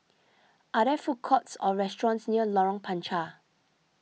are there food courts or restaurants near Lorong Panchar